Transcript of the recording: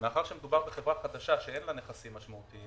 מאחר ומדובר בחברה חדשה שאין לה נכסים משמעותיים